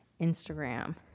Instagram